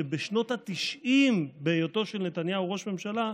שבשנות התשעים, בהיותו של נתניהו ראש ממשלה,